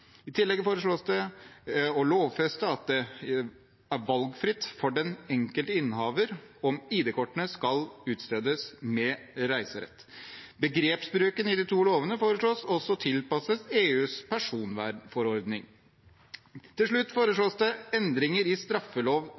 I tillegg foreslås det å lovfeste at det er valgfritt for den enkelte innehaver om ID-kortene skal utstedes med reiserett. Begrepsbruken i de to lovene foreslås også tilpasset EUs personvernforordning. Til slutt foreslås det endringer i